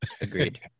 Agreed